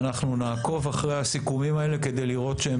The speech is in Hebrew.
ונעקוב אחר הסיכומים האלה כדי לראות שהם